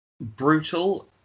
Brutal